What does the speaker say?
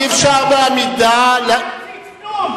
אי-אפשר כמה חודשים בלי להפציץ כלום.